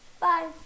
Bye